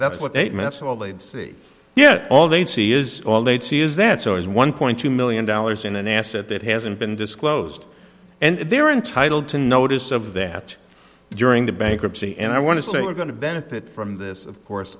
that's what eight minutes of all they'd see yeah all they'd see is all they'd see is that so is one point two million dollars in an asset that hasn't been disclosed and they're entitled to notice of that during the bankruptcy and i want to say we're going to benefit from this of course